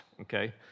Okay